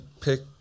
pick